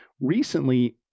Recently